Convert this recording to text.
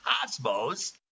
cosmos